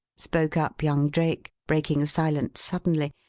spoke up young drake, breaking silence suddenly,